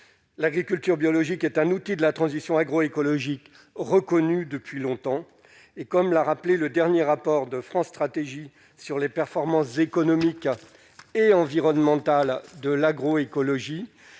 l'agriculture biologique est un outil de la transition agroécologique reconnue depuis longtemps et comme l'a rappelé le dernier rapport de France Stratégie sur les performances économiques et environnementales de l'agro- écologie